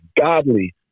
godly